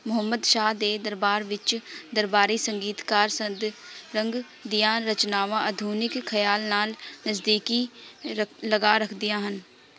ਮੁਹੰਮਦ ਸ਼ਾਹ ਦੇ ਦਰਬਾਰ ਵਿੱਚ ਦਰਬਾਰੀ ਸੰਗੀਤਕਾਰ ਸਦ ਰੰਗ ਦੀਆਂ ਰਚਨਾਵਾਂ ਆਧੁਨਿਕ ਖਿਆਲ ਨਾਲ ਨਜ਼ਦੀਕੀ ਰ ਲਗਾਅ ਰੱਖਦੀਆਂ ਹਨ